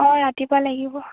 হয় ৰাতিপুৱা লাগিব